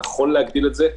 נכון להגדיל אותה.